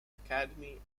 academy